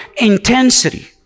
intensity